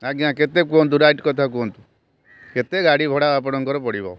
ଆଜ୍ଞା କେତେ କୁହନ୍ତୁ ରାଇଟ୍ କଥା କୁହନ୍ତୁ କେତେ ଗାଡ଼ି ଭଡ଼ା ଆପଣଙ୍କର ପଡ଼ିବ